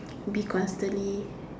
to be constantly